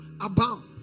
abound